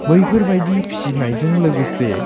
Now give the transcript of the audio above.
बैफोरबायदि फिसिनायजों लोगोसे